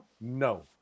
no